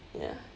ya